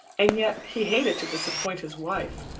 and yet he hated to disappoint his wife.